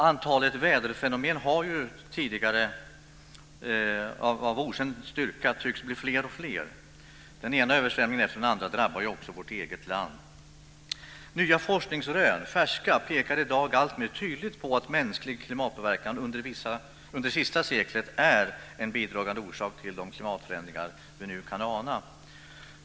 Antalet väderfenomen av okänd styrka tycks bli fler och fler. Den ena översvämningen efter den andra drabbar också vårt eget land. Färska forskningsrön pekar i dag alltmer tydligt på att mänsklig klimatpåverkan under det senaste seklet är en bidragande orsak till de klimatförändringar vi nu kan ana.